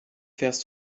fährst